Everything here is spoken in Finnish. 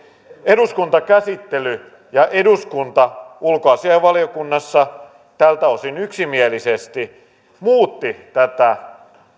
eduskuntakäsittely ja eduskunta ulkoasiainvaliokunnassa tältä osin yksimielisesti muutti tätä